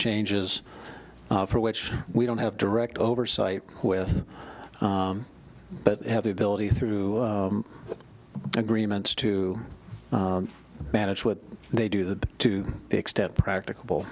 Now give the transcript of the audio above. changes for which we don't have direct oversight with but have the ability through agreements to manage what they do the to the extent practica